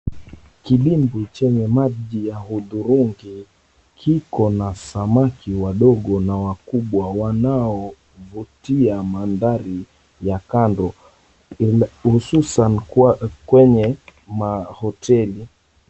Kidimbwi chenye maji ya hudhurungi kiko na samaki wadogo na wakubwa wanaovutia mandhari ya kando hususan kwenye mahoteli.